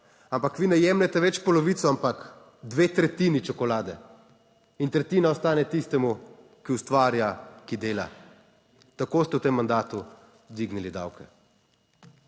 ampak vi ne jemljete več polovico, ampak dve tretjini čokolade in tretjina ostane tistemu, ki ustvarja, ki dela. Tako ste v tem mandatu dvignili davke.